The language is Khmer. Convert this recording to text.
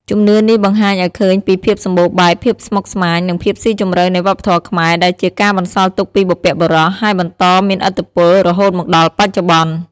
ជំនឿនេះបង្ហាញឲ្យឃើញពីភាពសម្បូរបែប ភាពស្មុគស្មាញ និងភាពស៊ីជម្រៅនៃវប្បធម៌ខ្មែរ ដែលជាការបន្សល់ទុកពីបុព្វបុរស ហើយបន្តមានឥទ្ធិពលរហូតមកដល់បច្ចុប្បន្ន។